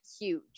huge